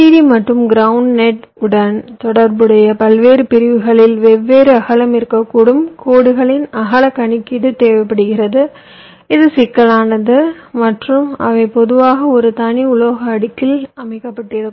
Vdd மற்றும் ground net உடன் தொடர்புடையது பல்வேறு பிரிவுகளில் வெவ்வேறு அகலம் இருக்கக்கூடும் கோடுகளின் அகல கணக்கீடு தேவைப்படுகிறது இது சிக்கலானது மற்றும் அவை பொதுவாக ஒரு தனி உலோக அடுக்கில் அமைக்கப்பட்டிருக்கும்